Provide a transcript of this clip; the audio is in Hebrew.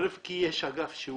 כי האגף מצוין,